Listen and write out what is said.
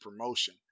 promotion